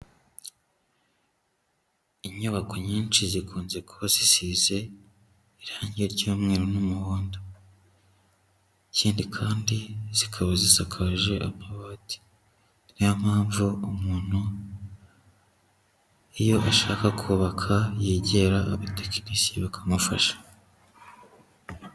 Inyubako nyinshi zikunze kuba zisize irangi ry'umweru n'umuhondo, ikindi kandi zikaba zisakaje amabati, niyo mpamvu umuntu iyo ashaka kubaka yegera abatekinisiye bakamufasha.